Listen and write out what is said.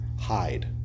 hide